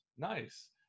Nice